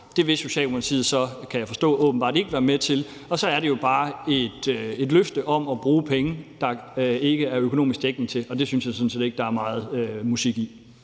at Socialdemokratiet ikke vil være med til, og så er det jo bare et løfte om at bruge penge, der ikke er økonomisk dækning for, og det synes jeg sådan set ikke der er meget musik i.